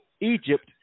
Egypt